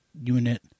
unit